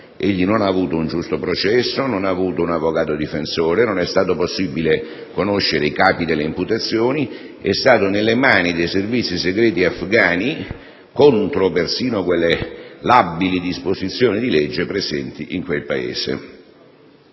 Egli non ha avuto un giusto processo; non ha avuto un avvocato difensore; non è stato possibile conoscere i capi delle imputazioni; è stato nelle mani dei servizi segreti afghani contro persino quelle labili disposizioni di legge presenti in quel Paese.